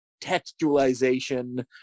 textualization